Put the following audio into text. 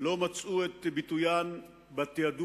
לא מצאו את ביטוין בתיעדוף